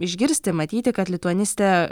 išgirsti matyti kad lituanistė